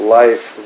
life